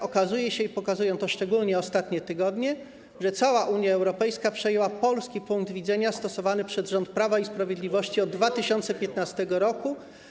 Okazuje się, i pokazują to szczególnie ostatnie tygodnie, że cała Unia Europejska przyjęła polski punkt widzenia przedstawiany przez rząd Prawa i Sprawiedliwości od 2015 r.